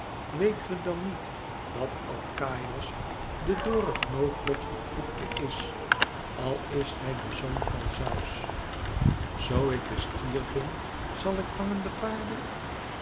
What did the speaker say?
weet gij dan niet dat alkaïos de door het noodlot gevloekte is al is hij de zoon van zeus zoo ik den stier ving zal ik vangen de paarden